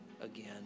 again